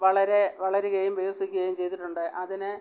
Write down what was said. വളരെ വളരുകയും വികസിക്കുകയും ചെയ്തിട്ടുണ്ട് അതിന്